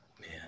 Man